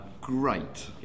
great